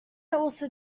also